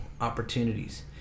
opportunities